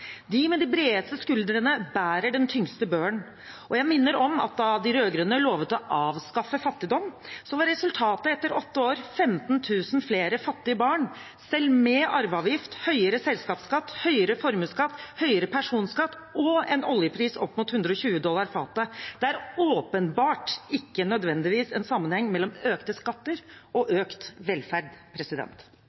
De med de bredeste skuldrene bærer den tyngste børen. Jeg minner om at da de rød-grønne lovet å avskaffe fattigdom, var resultatet etter åtte år 15 000 flere fattige barn, selv med arveavgift, høyere selskapsskatt, høyere formuesskatt, høyere personskatt og en oljepris opp mot 120 dollar fatet. Det er åpenbart ikke nødvendigvis en sammenheng mellom økte skatter og økt velferd.